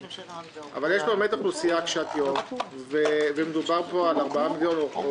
אבל יש פה אוכלוסייה קשת-יום ומדובר פה על 4 מיליון שקל,